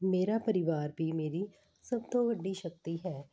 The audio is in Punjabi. ਮੇਰਾ ਪਰਿਵਾਰ ਵੀ ਮੇਰੀ ਸਭ ਤੋਂ ਵੱਡੀ ਸ਼ਕਤੀ ਹੈ